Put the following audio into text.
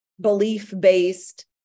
belief-based